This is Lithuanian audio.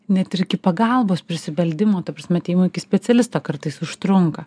net ir iki pagalbos prisibeldimo ta prasme atėjimui iki specialisto kartais užtrunka